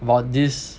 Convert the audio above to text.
about this